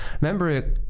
remember